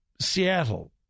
Seattle